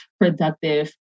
productive